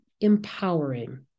empowering